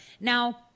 Now